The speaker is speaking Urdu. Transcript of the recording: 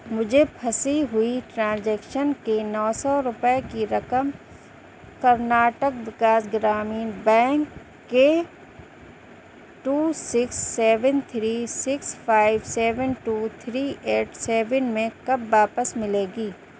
مجھے پھنسی ہوئی ٹرانزیکشن کی نو سو روپئے کی رقم کرناٹک وکاس گرامین بینک کے two six seven three six five seven two three eight seven میں کب واپس ملے گی